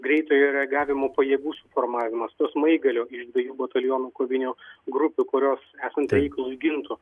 greitojo reagavimo pajėgų suformavimas to smaigalio iš dviejų batalionų kovinio grupių kurios esant reikalui gintų